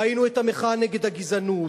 ראינו את המחאה נגד הגזענות,